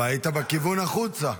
אבל היית בכיוון החוצה.